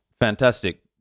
fantastic